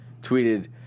tweeted